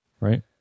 Right